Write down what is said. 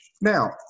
Now